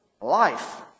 life